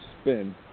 spin